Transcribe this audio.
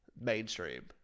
mainstream